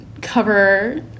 cover